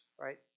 right